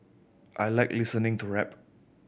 I like listening to rap